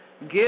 Give